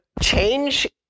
change